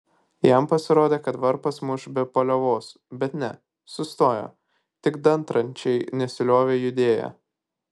jam pasirodė kad varpas muš be paliovos bet ne sustojo tik dantračiai nesiliovė judėję